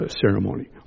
ceremony